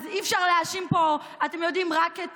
אז אי-אפשר להאשים פה רק את